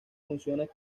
funciones